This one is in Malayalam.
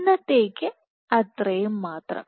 ഇന്നത്തേക്ക് അത്രയും മാത്രം